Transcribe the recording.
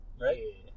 right